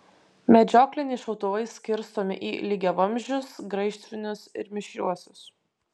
medžiokliniai šautuvai skirstomi į lygiavamzdžius graižtvinius ir mišriuosius